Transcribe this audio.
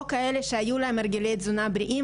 או כאלה שהיו להם הרגלי תזונה בריאים,